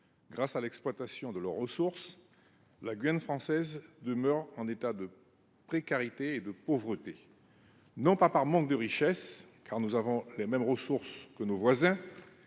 grâce à l’exploitation de leurs ressources, la Guyane française demeure dans un état de précarité et de pauvreté, non par manque de richesses, car elle dispose des mêmes ressources que ses voisins,